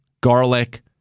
garlic